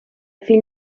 fill